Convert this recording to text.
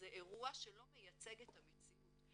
זה אירוע שלא מייצג את המציאות.